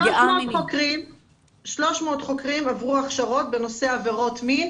300 חוקרים עברו הכשרות בנושא עבירות מין.